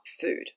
food